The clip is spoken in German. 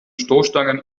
stoßstangen